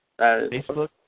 Facebook